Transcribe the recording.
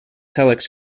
telex